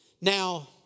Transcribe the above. Now